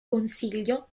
consiglio